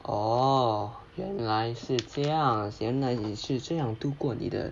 orh 原来是这样原来你是这样度过你的